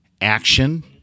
action